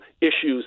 issues